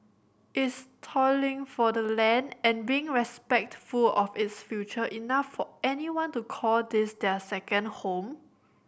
is toiling for the land and being respectful of its future enough for anyone to call this their second home